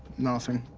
nothing.